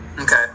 okay